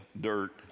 dirt